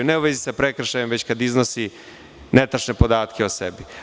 Ne u vezi sa prekršajem, već kada iznosi netačne podatke o sebi.